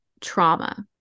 trauma